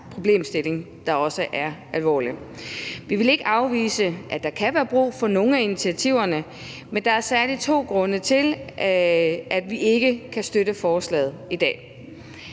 problemstilling, der også er alvorlig. Vi vil ikke afvise, at der kan være brug for nogle af initiativerne, men der er særlig to grunde til, at vi ikke kan støtte forslaget i dag.